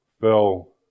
fell